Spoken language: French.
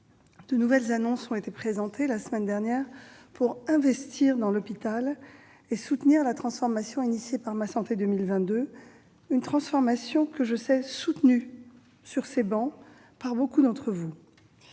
De nouvelles annonces ont été présentées, la semaine dernière, pour investir dans l'hôpital et soutenir la transformation engagée par Ma santé 2022- une transformation que je sais soutenue par beaucoup d'entre vous.